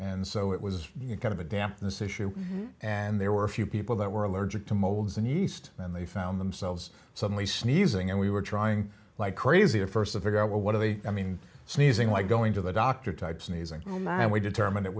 and so it was kind of a dampness issue and there were a few people that were allergic to molds and yeast and they found themselves suddenly sneezing and we were trying like crazy to first of figure out what are they i mean sneezing like go going to the doctor type sneezing and we determ